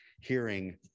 hearing